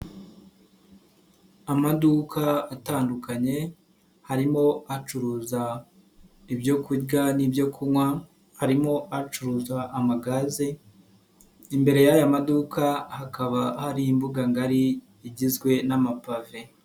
Amaduka atandukanye harimo acuruza ibyo kurya n'ibyo kunywa, harimo acuruza amagaze, imbere y'aya maduka hakaba hari imbuga ngari igizwe n'amapave.